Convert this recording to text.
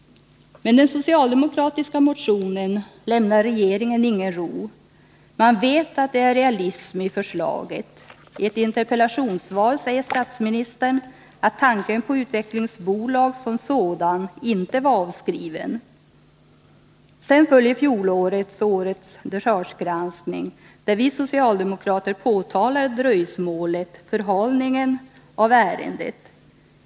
Men den socialdemokratiska motionen lämnar regeringen ingen ro. Man vet att det är realism i förslaget. I ett interpellationssvar säger statsministern att tanken på utvecklingsbolag som sådan inte var avskriven. Sedan följer fjolårets och årets dechargegranskning, där vi socialdemokrater har påtalat förhalningen av detta ärende.